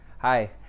Hi